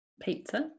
Pizza